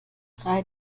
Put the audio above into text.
drei